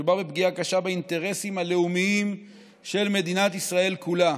מדובר בפגיעה קשה באינטרסים הלאומיים של מדינת ישראל כולה.